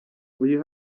uyu